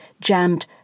jammed